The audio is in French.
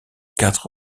quatre